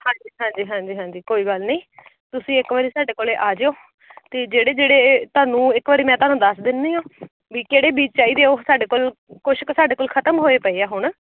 ਹਾਂਜੀ ਹਾਂਜੀ ਹਾਂਜੀ ਹਾਂਜੀ ਕੋਈ ਗੱਲ ਨਹੀਂ ਤੁਸੀਂ ਇੱਕ ਵਾਰ ਸਾਡੇ ਕੋਲ ਆ ਜਾਇਓ ਅਤੇ ਜਿਹੜੇ ਜਿਹੜੇ ਤੁਹਾਨੂੰ ਇੱਕ ਵਾਰ ਮੈਂ ਤੁਹਾਨੂੰ ਦੱਸ ਦਿੰਦੀ ਹਾਂ ਵੀ ਕਿਹੜੇ ਬੀਜ ਚਾਹੀਦੇ ਉਹ ਸਾਡੇ ਕੋਲ ਕੁਛ ਕੁ ਸਾਡੇ ਕੋਲ ਖਤਮ ਹੋਏ ਪਏ ਆ ਹੁਣ